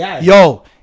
yo